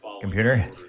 Computer